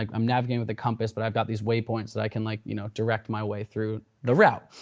like i'm navigating with the compass but i've got these waypoints that i can like you know direct my way through the route.